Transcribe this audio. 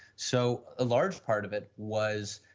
so, a large part of it was